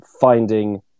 finding